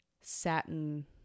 satin